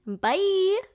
Bye